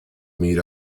meet